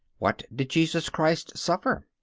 what did jesus christ suffer?